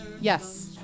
Yes